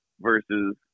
Versus